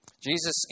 Jesus